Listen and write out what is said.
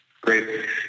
Great